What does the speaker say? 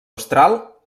austral